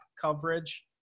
coverage